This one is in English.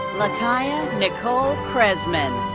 lakiya nicole krezman.